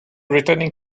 returning